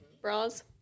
bras